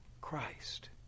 Christ